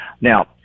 now